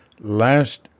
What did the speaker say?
last